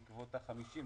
בעקבות ההגבלה של ה-50,